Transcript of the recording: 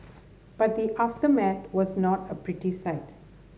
but the aftermath was not a pretty sight